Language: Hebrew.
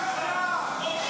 בושה.